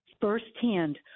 firsthand